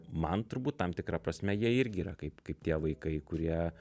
man turbūt tam tikra prasme jie irgi yra kaip kaip tie vaikai kurie